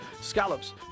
scallops